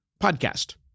podcast